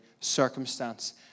circumstance